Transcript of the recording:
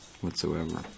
whatsoever